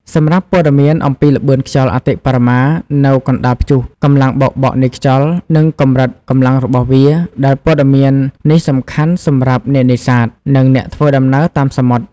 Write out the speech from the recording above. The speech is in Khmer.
សម្រាប់ព័ត៌មានអំពីល្បឿនខ្យល់អតិបរមានៅកណ្តាលព្យុះ កម្លាំងបោកបក់នៃខ្យល់ និងកម្រិតកម្លាំងរបស់វា ដែលព័ត៌មាននេះសំខាន់សម្រាប់អ្នកនេសាទ និងអ្នកធ្វើដំណើរតាមសមុទ្រ។